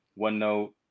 OneNote